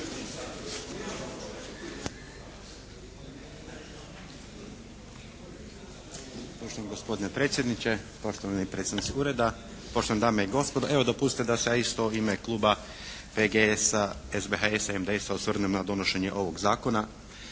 Poštovani gospodine predsjedniče, poštovani predstavnici ureda, poštovane dame i gospodo. Evo dopustite da se ja isto u ime kluba PGS-a, SBHS-a i MDS-a osvrnem na donošenje ovog zakona.